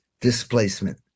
displacement